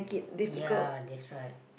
ya that's right